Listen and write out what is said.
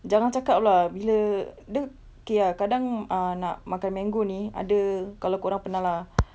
jangan cakaplah bila di~ okay ah kadang uh nak makan mango ini ada kalau kau orang pernah lah